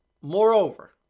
Moreover